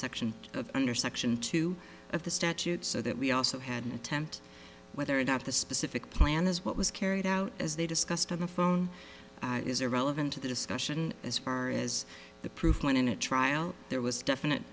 section of under section two of the statute so that we also had an attempt whether or not the specific plan is what was carried out as they discussed on the phone is irrelevant to the discussion as far as the proof went in a trial there was definite